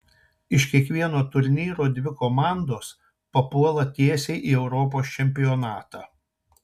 iš kiekvieno turnyro dvi komandos papuola tiesiai į europos čempionatą